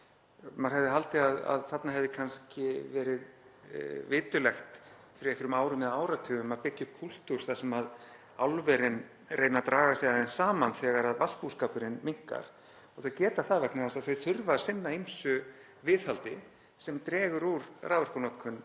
Maður hefði haldið að þarna hefði kannski verið viturlegt fyrir einhverjum árum eða áratugum að byggja upp kúltúr þar sem álverin reyna að draga sig aðeins saman þegar vatnsbúskapurinn minnkar. Og þau geta það vegna þess að þau þurfa að sinna ýmsu viðhaldi sem dregur úr raforkunotkun